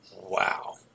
Wow